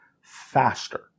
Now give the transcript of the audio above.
faster